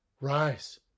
rise